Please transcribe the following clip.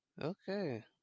Okay